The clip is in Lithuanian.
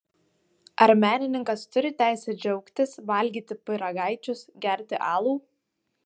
ar menininkas turi teisę džiaugtis valgyti pyragaičius gerti alų